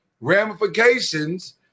ramifications